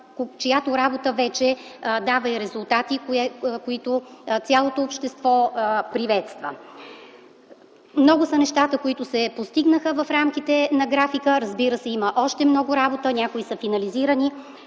по тях вече дава резултати, които цялото общество приветства. Много са нещата, които бяха постигнати в рамките на графика. Разбира се, има още много работа. Някои неща са финализирани,